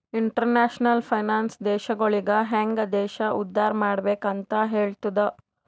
international finance ದೇಶಗೊಳಿಗ ಹ್ಯಾಂಗ್ ದೇಶ ಉದ್ದಾರ್ ಮಾಡ್ಬೆಕ್ ಅಂತ್ ಹೆಲ್ತುದ